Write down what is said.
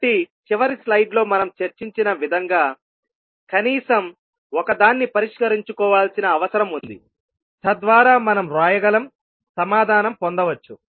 కాబట్టి చివరి స్లైడ్లో మనం చర్చించిన విధంగా కనీసం ఒకదాన్ని పరిష్కరించుకోవాల్సిన అవసరం ఉంది తద్వారా మనం వ్రాయగలం సమాధానం పొందవచ్చు